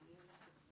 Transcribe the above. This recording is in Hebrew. אין מתנגדים?